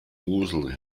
mosel